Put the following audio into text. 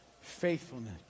faithfulness